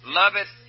loveth